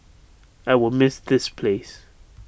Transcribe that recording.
I will miss this place